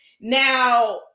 Now